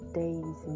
days